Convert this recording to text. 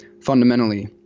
fundamentally